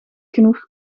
genoeg